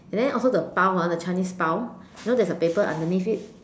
and then also the Pau ah the Chinese Pau you know there's a paper underneath it